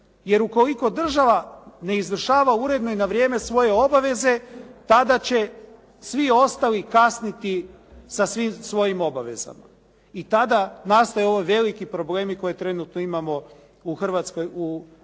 Jer, ukoliko država ne izvršava uredno i na vrijeme svoje obaveze tada će svi ostali kasniti sa svim svojim obavezama i tada nastaju ovi veliki problemi koje trenutno imamo u Hrvatskoj